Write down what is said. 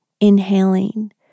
Inhaling